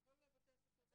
לכל בתי הספר בארץ?